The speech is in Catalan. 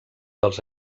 dels